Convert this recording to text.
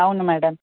అవును మ్యాడమ్